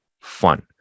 fun